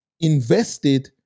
invested